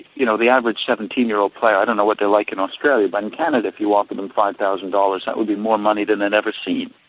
you know, the average seventeen year old player, i don't know what they're like in australia, but canada, if you offer them five thousand dollars that would be more money than they'd ever seen.